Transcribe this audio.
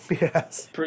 Yes